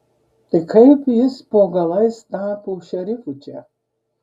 tai kaip jis po galais tapo šerifu čia